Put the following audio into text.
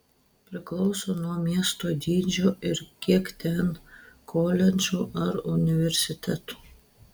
priklauso nuo miesto dydžio ir kiek ten koledžų ar universitetų